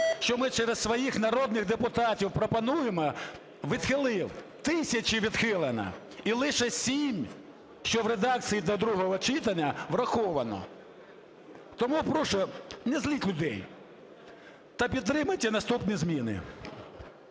що ми через своїх народних депутатів пропонуємо, відхилив. Тисячі відхилено, і лише сім, що в редакції до другого читання, враховано. Тому прошу, не зліть людей та підтримайте наступні зміни.